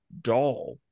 doll